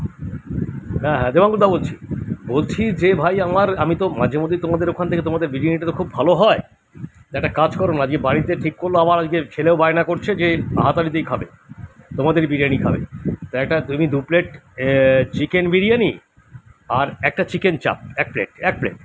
হ্যাঁ হ্যাঁ দেবাংকুরদা বলছি বলছি যে ভাই আমার আমি তো মাঝে মধ্যেই তোমাদের ওখান থেকে তোমাদের বিরিয়ানিটা তো খুব ভালো হয় তা একটা কাজ করো না আজকে বাড়িতে ঠিক করলো আমার আজকে ছেলেও বায়না করছে যে হাতারিতেই খাবে তোমাদের বিরিয়ানিই খাবে তা একটা তুমি দু প্লেট চিকেন বিরিয়ানি আর একটা চিকেন চাপ এক প্লেট এক প্লেট